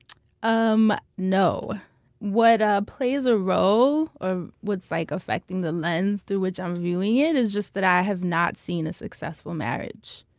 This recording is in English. um no. what ah plays a role, or what's like affecting the lens through which i'm viewing it, is that i have not seen a successful marriage.